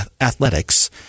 athletics